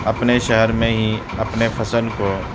اپنے شہر میں ہی اپنے فصل کو